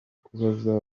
kubaza